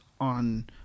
on